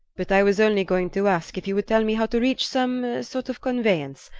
but i was only going to ask if you would tell me how to reach some sort of conveyance.